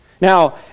Now